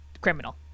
criminal